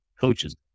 coaches